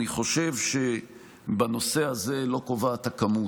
אני חושב שבנושא הזה לא קובעת הכמות,